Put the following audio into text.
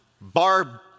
Barb